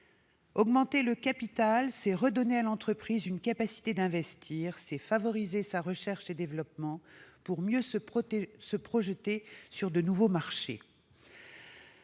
Augmenter le capital, c'est redonner à l'entreprise une capacité d'investir, c'est favoriser sa recherche et développement pour mieux se projeter sur de nouveaux marchés.